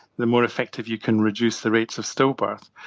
the more effective you can reduce the rates of stillbirth.